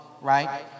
right